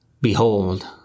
Behold